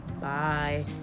bye